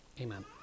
Amen